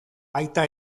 aita